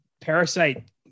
Parasite